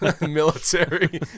military